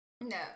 No